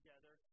together